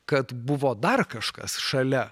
kad buvo dar kažkas šalia